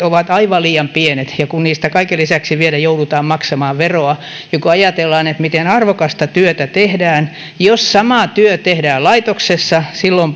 ovat aivan liian pienet kun niistä kaiken lisäksi vielä joudutaan maksamaan veroa kun ajatellaan miten arvokasta työtä tehdään jos sama työ tehdään laitoksissa silloin